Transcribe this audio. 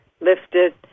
lifted